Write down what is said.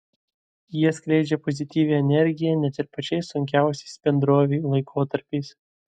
jie skleidžia pozityvią energiją net ir pačiais sunkiausiais bendrovei laikotarpiais